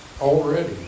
already